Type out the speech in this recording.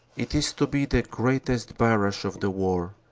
it is to be the greatest barrage of the war.